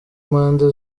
impande